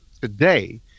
Today